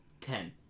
Ten